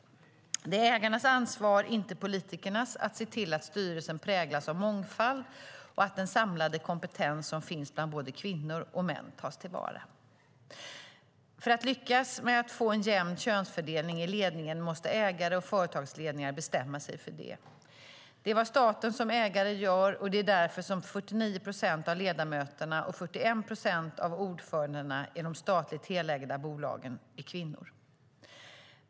Det är ägarnas ansvar, inte politikernas, att se till att styrelsen präglas av mångfald och att den samlade kompetens som finns bland både kvinnor och män tas till vara. För att lyckas med att få en jämn könsfördelning i ledningen måste ägare och företagsledningar bestämma sig för det. Det är vad staten som ägare gör, och det är därför som 49 procent av ledamöterna och 41 procent av ordförandena i de statligt helägda bolagen är kvinnor.